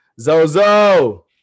Zozo